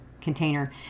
container